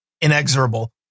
inexorable